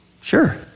Sure